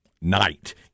night